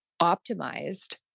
Optimized